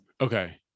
Okay